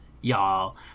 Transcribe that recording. y'all